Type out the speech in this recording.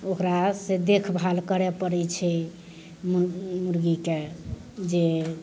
ओकरा से देखभाल करे पड़ैत छै मुर्गीके जे